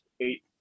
eight